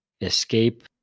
escape